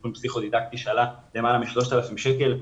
-- -איבחון פסיכודידקטי שעלה למעלה מ-3,000 שקל.